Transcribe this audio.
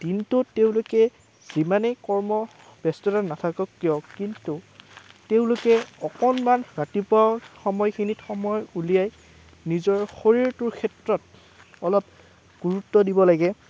দিনটো তেওঁলোকে যিমানেই কৰ্ম ব্যস্ততাৰ নাথাকক কিয় কিন্তু তেওঁলোকে অকণমান ৰাতিপুৱা সময়খিনিত সময় উলিয়াই নিজৰ শৰীৰটোৰ ক্ষেত্ৰত অলপ গুৰুত্ব দিব লাগে